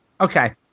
Okay